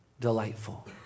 delightful